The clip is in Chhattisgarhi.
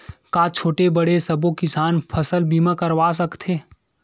का छोटे बड़े सबो किसान फसल बीमा करवा सकथे?